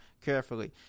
carefully